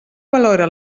valora